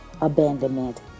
abandonment